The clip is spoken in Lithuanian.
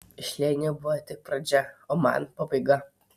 šleiniui buvo tik pradžia o man pabaiga